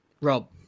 Rob